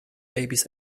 babies